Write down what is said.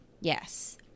Yes